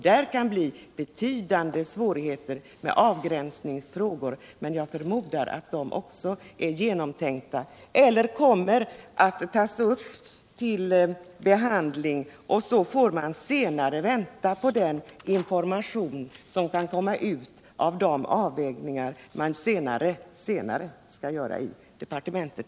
Där kan uppstå betydande svårigheter beträffande avgränsningen, men jag förmodar att också de frågorna är genomtänkta eller kommer att tas upp ull behandling. Människor får då vänta på den information som kan komma ut av de avvägningar som senare skall göras i departementet.